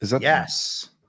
Yes